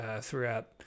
throughout